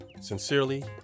Sincerely